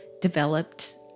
developed